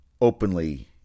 openly